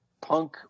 punk